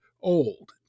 old